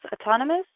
autonomous